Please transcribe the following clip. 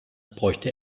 bräuchte